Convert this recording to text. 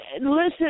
Listen